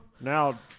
Now